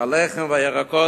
הלחם והירקות,